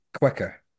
quicker